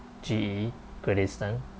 G_E great eastern